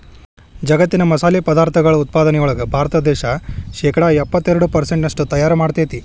ಜಗ್ಗತ್ತಿನ ಮಸಾಲಿ ಪದಾರ್ಥಗಳ ಉತ್ಪಾದನೆಯೊಳಗ ಭಾರತ ದೇಶ ಶೇಕಡಾ ಎಪ್ಪತ್ತೆರಡು ಪೆರ್ಸೆಂಟ್ನಷ್ಟು ತಯಾರ್ ಮಾಡ್ತೆತಿ